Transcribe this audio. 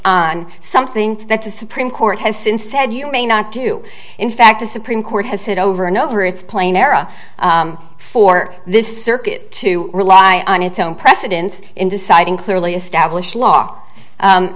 on something that the supreme court has since said you may not do in fact the supreme court has said over and over it's plain era for this circuit to rely on its own precedence in deciding clearly established law